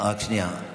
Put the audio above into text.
רק שנייה.